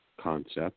concept